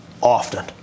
often